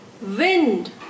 Wind